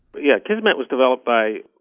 but yeah kismet was developed by.